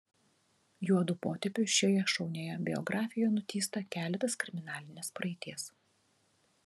juodu potėpiu šioje šaunioje biografijoje nutįsta keletas kriminalinės praeities